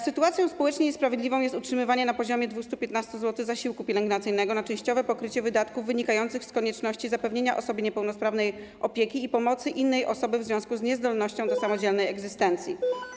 Sytuacją społecznie niesprawiedliwą jest utrzymywanie na poziomie 215 zł zasiłku pielęgnacyjnego na częściowe pokrycie wydatków wynikających z konieczności zapewnienia osobie niepełnosprawnej opieki i pomocy innej osoby w związku z niezdolnością do samodzielnej egzystencji.